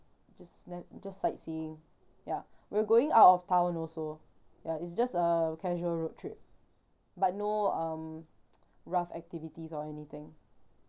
just n~ just sightseeing ya we're going out of town also ya it's just a casual road trip but no um rough activities or anything